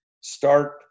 start